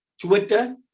Twitter